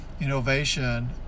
Innovation